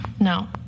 No